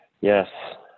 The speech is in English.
Yes